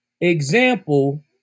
example